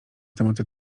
tematy